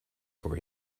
for